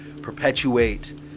perpetuate